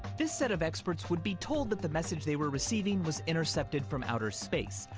this set of experts would be told that the message they were receiving was intercepted from outer space,